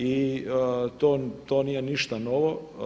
I to nije ništa novo.